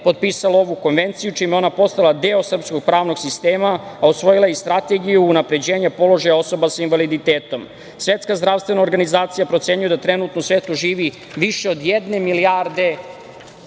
potpisala ovu konvenciju, čime je ona postala deo srpskog pravnog sistema, a usvojila je i Strategiju unapređenja položaja osoba sa invaliditetom. Svetska zdravstvena organizacija procenjuje da trenutno u svetu živi više od jedne milijarde